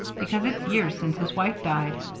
because it's years since his wife died.